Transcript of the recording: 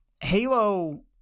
Halo